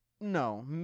No